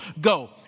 Go